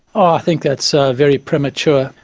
ah i think that's ah very premature.